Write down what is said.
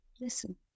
listen